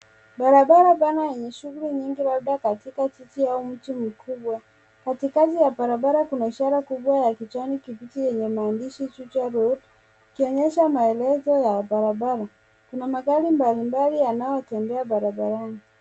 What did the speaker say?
Barabara pana yenye shughuli nyingi labda katika jiji au mji mkubwa. Katikati ya barabara kuna ishara kubwa ya kijani kibichi yenye maandishi, Juja Road, ikionyesha maelezo ya barabara. Kuna magari mbalimbali yanayotembea barabarani.